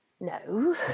No